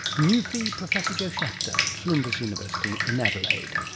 newfie professor joe shapter, at flinders university in adelaide